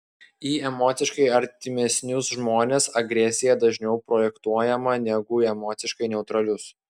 į emociškai artimesnius žmones agresija dažniau projektuojama negu į emociškai neutralius